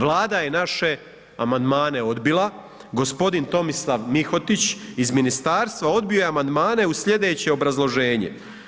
Vlada je naše amandmane odbila, gospodin Tomislav Mihotić iz ministarstva odbio je amandmane uz slijedeće obrazloženje.